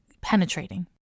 penetrating